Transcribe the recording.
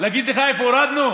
להגיד לך איפה הורדנו?